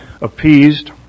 appeased